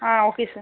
ah okay sir